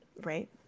Right